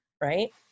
right